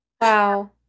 Wow